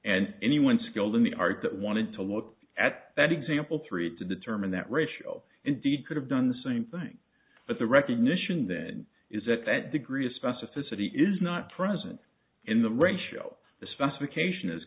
and anyone skilled in the art that wanted to look at that example three to determine that ratio indeed could have done the same thing but the recognition that is that that degree of specificity is not present in the ratio the specification